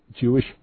Jewish